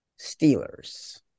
Steelers